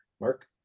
mark